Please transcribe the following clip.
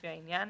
לפי העניין.